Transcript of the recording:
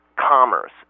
commerce